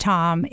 Tom